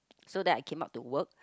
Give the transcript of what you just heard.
so then I came out to work